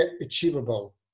achievable